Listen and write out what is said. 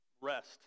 Rest